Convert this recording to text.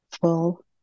full